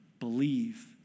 believe